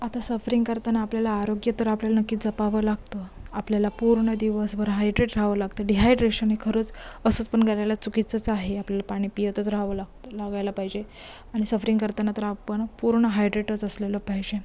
आता सफरिंग करताना आपल्याला आरोग्य तर आपल्याला नक्कीच जपावं लागतं आपल्याला पूर्ण दिवसभर हायड्रेट राहावं लागतं डिहायड्रेशन हे खरंच असंच पण करायला चुकीचंच आहे आपल्याला पाणी पीतच राहावं लागतं लागायला पाहिजे आणि सफरिंग करताना तर आपण पूर्ण हायड्रेटच असलेलं पाहिजे